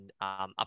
up